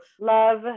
Love